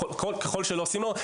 וככל שלא עושים אותו,